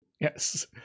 Yes